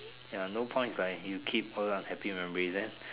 ya no point right you keep all those unhappy memories then